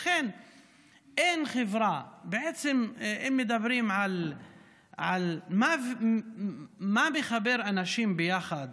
אין חברה, בעצם, אם מדברים על מה שמחבר אנשים יחד,